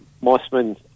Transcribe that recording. Mossman